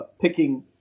picking